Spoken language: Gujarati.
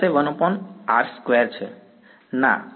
વિદ્યાર્થી આપણી પાસે 1r2 છે